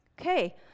Okay